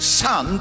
son